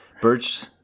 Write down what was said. birch